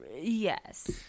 Yes